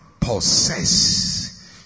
possess